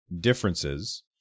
differences